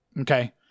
okay